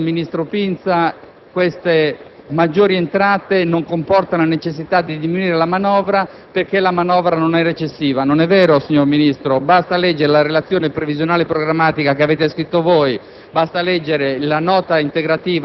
ha detto poco fa il vice ministro Pinza, queste maggiori entrate non comportano necessità di diminuire la manovra perché la manovra non è recessiva. Questo non è vero, signor Vice ministro, basta leggere la relazione previsionale e programmatica che avete scritto voi,